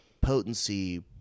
potency